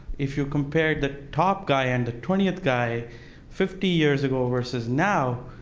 if you compared the top guy and the twentieth guy fifty years ago versus now,